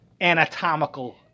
anatomical